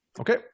Okay